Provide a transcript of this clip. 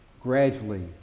gradually